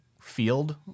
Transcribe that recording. field